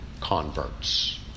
converts